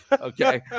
Okay